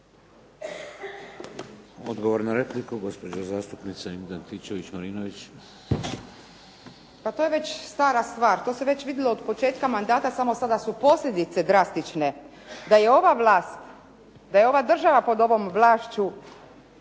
Odgovor na repliku gospođa zastupnica Ingrid Antičević-Marinović. **Antičević Marinović, Ingrid (SDP)** Pa to je već stara stvar, to se već vidjelo od početka mandata samo sada su posljedice drastične. Da je ova vlast, da je ova država pod ovom vlašću